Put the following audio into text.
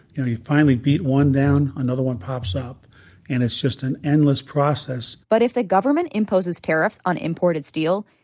you finally beat one down another one pops up and it's just an endless process. but if the government imposes tariffs on imported steel,